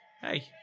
Hey